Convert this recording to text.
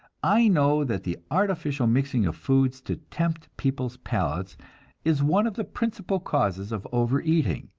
i know that the artificial mixing of foods to tempt peoples' palates is one of the principal causes of overeating,